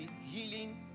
healing